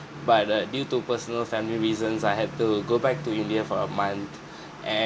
but the due to personal family reasons I had to go back to india for a month and